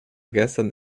gestern